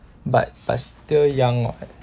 but but still young [what]